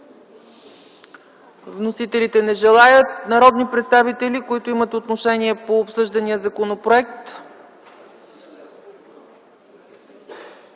Вносителите не желаят. Народни представители, които имат отношение по обсъждания законопроект?